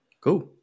Cool